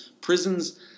prisons